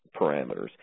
parameters